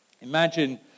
Imagine